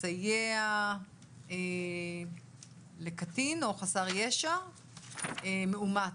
מסייע לקטין או חסר ישע מאומת,